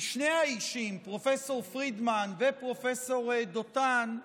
כי שני האישים, פרופ' פרידמן ופרופ' דותן,